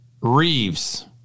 Reeves